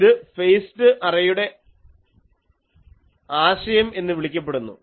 ഇത് ഫേസ്ഡ് അറേയുടെ ആശയം എന്ന് വിളിക്കപ്പെടുന്നു